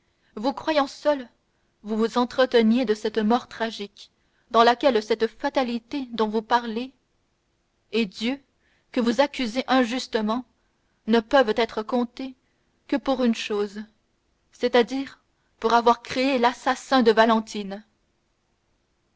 vous croyant seuls vous vous entreteniez de cette mort tragique dans laquelle cette fatalité dont vous parlez et dieu que vous accusez injustement ne peuvent être comptés que pour une chose c'est-à-dire pour avoir créé l'assassin de valentine